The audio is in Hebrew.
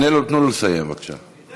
תנו לו לסיים, בבקשה.